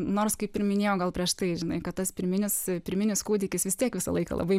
nors kaip ir minėjau gal prieš tai žinai kad tas pirminis pirminis kūdikis vis tiek visą laiką labai